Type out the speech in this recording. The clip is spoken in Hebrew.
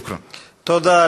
תודה.) תודה.